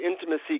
intimacy